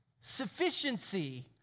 sufficiency